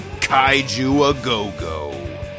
Kaiju-a-Go-Go